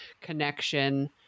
connection